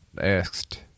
Asked